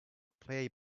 play